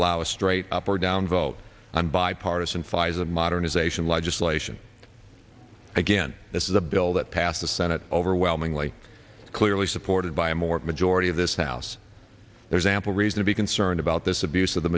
allow a straight up or down vote on bipartisan fison modernization legislation again this is a bill that passed the senate overwhelmingly clearly supported by and majority of this house there's ample reason to be concerned about this abus